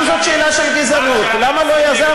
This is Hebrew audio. אם זאת שאלה של גזענות, למה לא יזמתם?